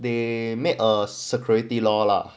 they made a security law lah